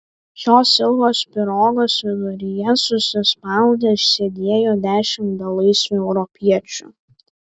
šios ilgos pirogos viduryje susispaudę sėdėjo dešimt belaisvių europiečių